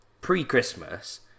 pre-Christmas